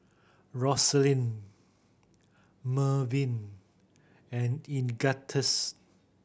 Roselyn Mervyn and Ignatius